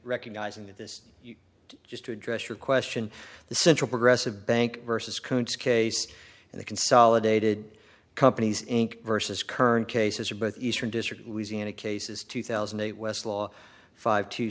recognizing that this just to address your question the central progressive bank versus koontz case and the consolidated companies versus current cases are both eastern district louisiana cases two thousand and eight westlaw five t